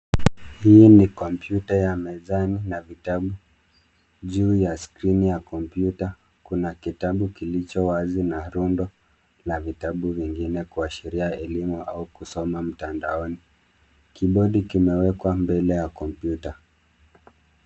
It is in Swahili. Hii ni kompyuta ya mezani na vitabu. Juu ya skrini ya kompyuta kuna kitabu kilicho wazi na rundo la vitabu vingine kuashiria elimu au kusoma mtandaoni. Kibodi kimewekwa mbele ya kompyuta.